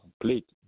complete